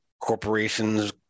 corporations